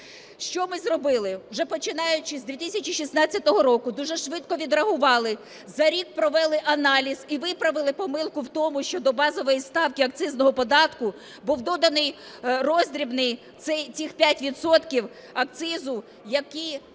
Що ми зробили. Вже починаючи з 2016 року дуже швидко відреагували, за рік провели аналіз і виправили помилку в тому, що до базової ставки акцизного податку був доданий роздрібний, цих 5 відсотків